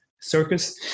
circus